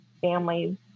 families